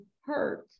hurt